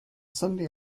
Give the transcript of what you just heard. sunday